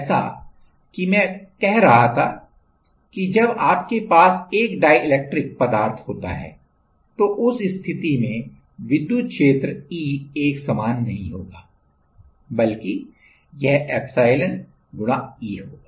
जैसा कि मैं कह रहा था कि जब आपके पास एक डाईइलेक्ट्रिक पदार्थ होता है तो उस स्थिति में विद्युत क्षेत्र E एक समान नहीं होगा बल्कि यह एप्सिलॉन गुणा E होगा